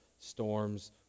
Storms